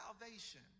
salvation